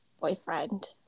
boyfriend